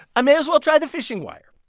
i may as well try the fishing wire.